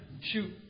shoot